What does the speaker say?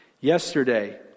Yesterday